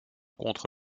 contre